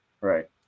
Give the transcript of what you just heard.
Right